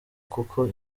kuko